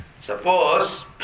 Suppose